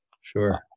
Sure